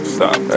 Stop